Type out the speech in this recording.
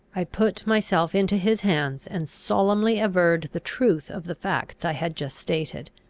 i put myself into his hands, and solemnly averred the truth of the facts i had just stated.